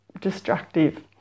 destructive